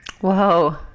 whoa